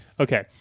Okay